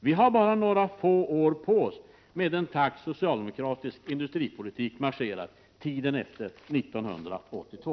Vi har bara några få år på oss, med den takt socialdemokratisk industripolitik marscherat tiden efter 1982.